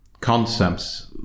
concepts